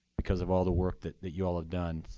because of all the work that that you all have done.